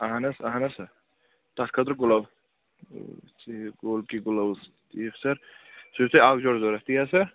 اَہَن حظ اَہَن حظ سَر تَتھ خٲطرٕ گُلوز ٹھیٖک گول کی گُلوٕز ٹھیٖک سَر سُہ چھُ تۄہہِ اَکھ جورِ ضوٚرَتھ تی حظ سَر